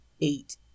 eight